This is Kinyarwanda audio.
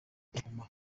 inyuma